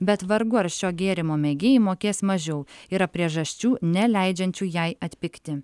bet vargu ar šio gėrimo mėgėjai mokės mažiau yra priežasčių neleidžiančių jai atpigti